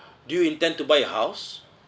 do you intend to buy a house